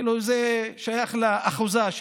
כאילו זה שייך לאחוזה,